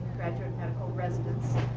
graduate medical residents.